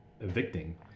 evicting